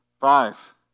Five